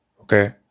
Okay